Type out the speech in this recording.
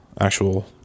actual